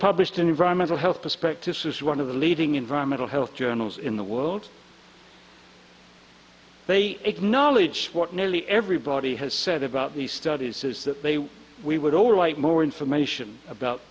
published in environmental health perspective says one of the leading environmental health journals in the world they acknowledge what nearly everybody has said about the study says that they we would all like more information about